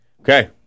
Okay